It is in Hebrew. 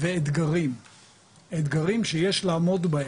ואתגרים שיש לעמוד בהם,